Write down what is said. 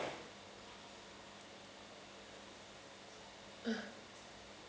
um